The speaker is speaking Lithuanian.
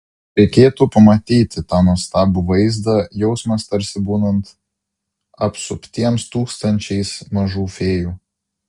reikėtų pamatyti tą nuostabų vaizdą jausmas tarsi būnant apsuptiems tūkstančiais mažų fėjų